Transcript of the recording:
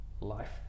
life